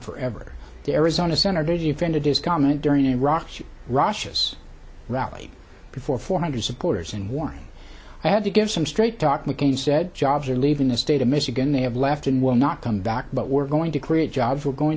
forever the arizona senator defended his comment during the iraq russia's rally before four hundred supporters in one i had to give some straight talk mccain said jobs are leaving the state of michigan they have left and will not come back but we're going to create jobs we're going